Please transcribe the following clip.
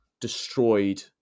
destroyed